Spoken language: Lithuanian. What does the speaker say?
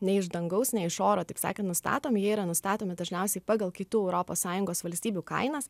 ne iš dangaus ne iš oro taip sakant nustatomi jie yra nustatomi dažniausiai pagal kitų europos sąjungos valstybių kainas